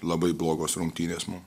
labai blogos rungtynės mum